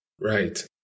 Right